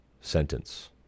sentence